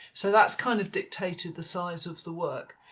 so that's kind of dictated the size of the work.